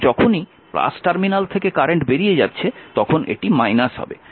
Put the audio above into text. সুতরাং যখনই টার্মিনাল থেকে কারেন্ট বেরিয়ে যাচ্ছে তখন এটি হবে